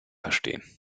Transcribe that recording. verstehen